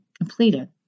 completed